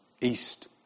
east